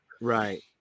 Right